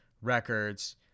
Records